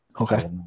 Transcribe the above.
Okay